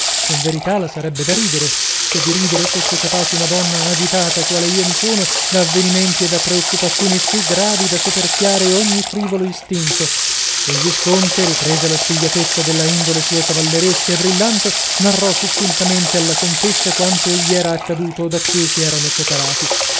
in verità la sarebbe da ridere se di ridere fosse capace una donna agitata qual io mi sono da avvenimenti e da preoccupazioni sì gravi da soperchiare ogni frivolo istinto il visconte ripresa la spigliatezza della indole sua cavalieresca e brillante narrò succintamente alla contessa quanto gli era accaduto dacchè si erano separati